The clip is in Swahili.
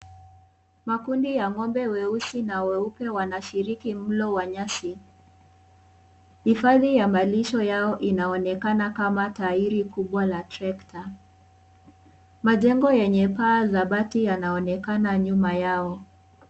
Makundi ya ng'ombe weusi na weupe wanashiriki mlo wa nyasi, hifadhi ya malisho yao inaonekana kama tairi kubwa la trekta, majengo yenye paa za bati yanaonekana nyuma yao.